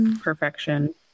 Perfection